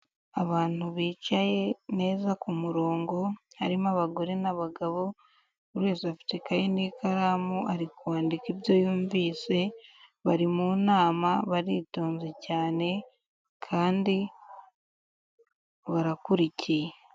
Abantu bicaye neza ku murongo harimo abagore n'abagabo, buri wese afite ikaye n'ikaramu ari kwandika ibyo yumvise, bari mu nama baritonze cyane kandi barakurikiye.